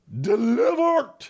Delivered